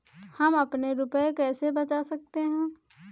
हम अपने रुपये कैसे बचा सकते हैं?